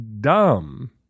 dumb